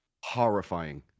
horrifying